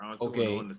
Okay